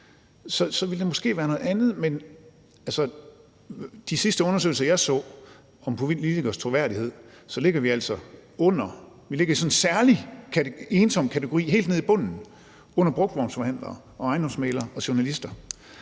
os, ville det måske have været noget andet, men i de sidste undersøgelser, jeg så om politikeres troværdighed, ligger vi altså langt nede. Vi ligger i en særlig ensom kategori helt nede i bunden under brugtvognsforhandlere og ejendomsmæglere og journalister.